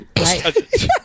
Right